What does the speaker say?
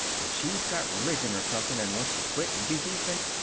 if she's got religion or something, and wants to quit and be decent,